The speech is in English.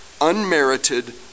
unmerited